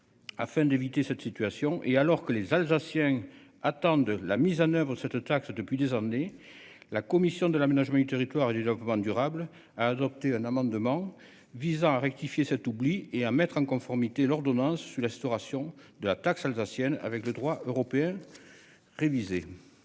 Afin d'éviter cette situation et alors que les Alsaciens attendent de la mise en oeuvre cette taxe depuis des années. La commission de l'aménagement du territoire et du logement durable a adopté un amendement visant à rectifier cet oubli et à mettre en conformité l'ordonnance sur l'instauration de la taxe alsaciennes avec le droit européen. Révisé.